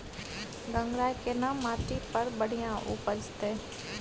गंगराय केना माटी पर बढ़िया उपजते?